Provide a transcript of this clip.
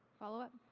follow-up.